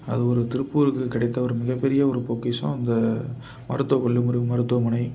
அது ஒரு திருப்பூருக்கு கிடைத்த ஒரு மிகப் பெரிய ஒரு பொக்கிஷம் இந்த மருத்துவ கல்வி முறை மருத்துவமனை